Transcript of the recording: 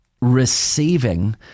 receiving